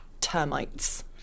termites